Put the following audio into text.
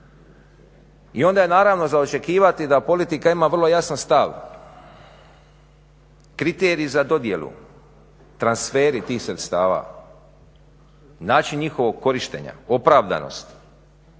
I onda je naravno za očekivati da politika ima vrlo jasan stav, kriterij za dodjelu, transferi tih sredstava, način njihovog korištenja, opravdanost,